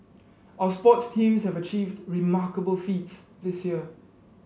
our sports teams have achieved remarkable feats this year